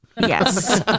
Yes